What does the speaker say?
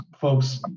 folks